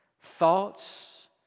Thoughts